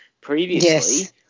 previously